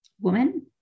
woman